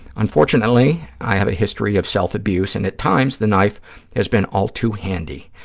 unfortunately, i have a history of self-abuse and at times the knife has been all too handy.